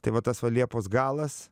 tai va tas va liepos galas